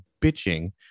bitching